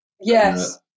yes